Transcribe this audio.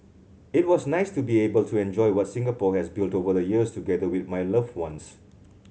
it was nice to be able to enjoy what Singapore has built over the years together with my loved ones